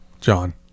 John